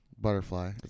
Butterfly